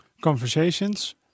conversations